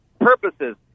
purposes